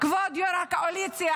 כבוד יו"ר הקואליציה,